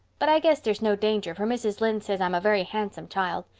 but i guess there's no danger, for mrs. lynde says i'm a very handsome child.